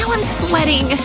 so i'm sweating,